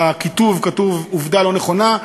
כתובה עובדה לא נכונה.